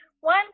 one